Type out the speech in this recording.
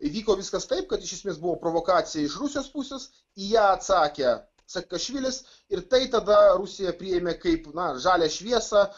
įvyko viskas taip kad iš esmės buvo provokacija iš rusijos pusės į ją atsakė saakašvilis ir tai tada rusija priėmė kaip na žalią šviesą